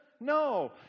No